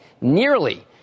nearly